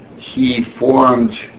he formed,